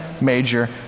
major